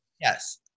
Yes